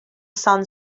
sang